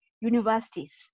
universities